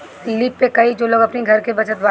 lease पे कई लोग अपनी घर के बचत बाटे